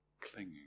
clinging